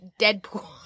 deadpool